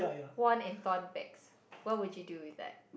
worn and torn bags what would you do with that